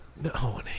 No